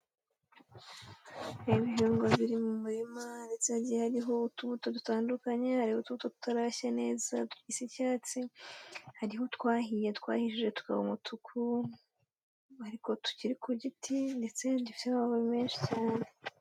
Ibihingwa biri mu murima ndetse hagiye hariho utubuto dutandukanye, hariho utubuto tutarashya neza dusa icyatsi, hariho utwahiye twahishije tukaba umutuku, ariko tukiri ku giti, ndetse n'ibindi bifite amababi menshi cyane.